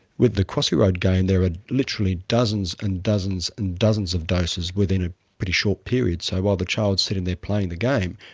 with the crossy road game, there are ah literally dozens and dozens and dozens of doses within a pretty short period. so while the child's sitting there playing the game,